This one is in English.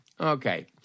Okay